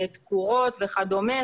תקורות וכדומה,